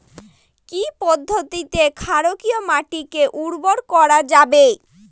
কি পদ্ধতিতে ক্ষারকীয় মাটিকে উর্বর করা যাবে?